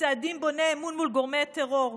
וצעדים בוני אמון מול גורמי טרור.